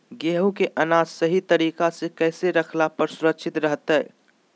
गेहूं के अनाज सही तरीका से कैसे रखला पर सुरक्षित रहतय?